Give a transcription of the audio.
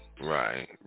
Right